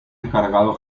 encargado